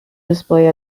display